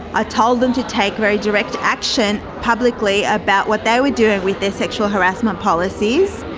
i told them to take very direct action publicly about what they would do with their sexual harassment policies